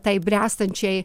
tai bręstančiai